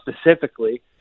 specifically